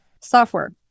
Software